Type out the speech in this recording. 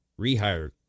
rehire